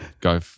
go